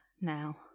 now